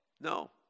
no